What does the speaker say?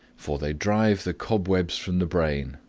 for they drive the cobwebs from the brain,